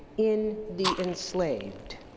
in the enslaved.